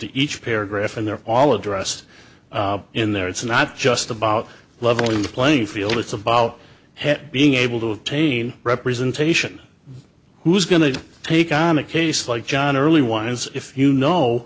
to each paragraph and they're all addressed in there it's not just about leveling the playing field it's about head being able to obtain representation who's going to take on a case like john early one is if you know